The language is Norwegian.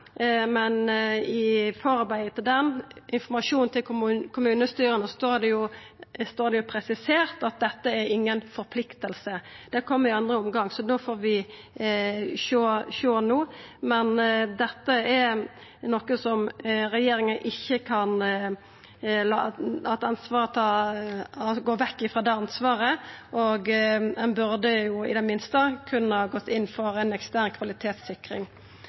men i forarbeidet til den, informasjon til kommunestyra, står det presisert at dette er ingen forplikting, det kjem i andre omgang. Så da får vi sjå, men dette er eit ansvar som regjeringa ikkje kan gå vekk frå, og ein burde i det minste kunna gått inn for ei ekstern kvalitetssikring.